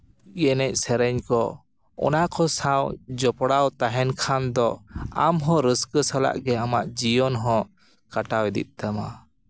ᱮᱱᱮᱡ ᱥᱮᱨᱮᱧ ᱠᱚ ᱚᱱᱟ ᱠᱚ ᱥᱟᱶ ᱡᱚᱯᱲᱟᱣ ᱛᱟᱦᱮᱱ ᱠᱷᱟᱱ ᱫᱚ ᱟᱢ ᱦᱚᱸ ᱨᱟᱹᱥᱠᱟᱹ ᱥᱟᱞᱟᱜ ᱜᱮ ᱟᱢᱟᱜ ᱡᱤᱭᱚᱱ ᱦᱚᱸ ᱠᱟᱴᱟᱣ ᱤᱫᱤᱜ ᱛᱟᱢᱟ